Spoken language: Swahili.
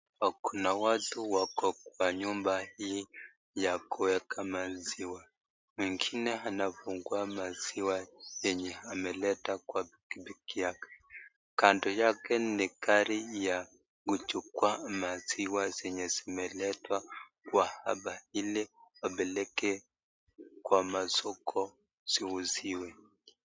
Kuna watu wako kwa nyumba hii ya kuweka maziwa. Mwingine anafungua maziwa yenye ameleta kwa pikipiki yake. Kando yake ni gari ya kuchukua maziwa zenye zimeletwa hapa ili wapeleke kwa masoko ziuziwe.